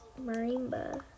Marimba